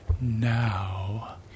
Now